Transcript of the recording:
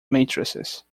matrices